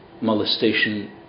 molestation